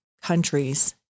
countries